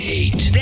eight